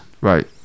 Right